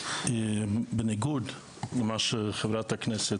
בניגוד למה שחברת הכנסת,